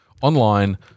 online